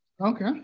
Okay